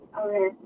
Okay